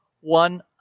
one